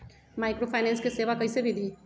Microfinance के सेवा कइसे विधि?